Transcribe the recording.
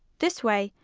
this way,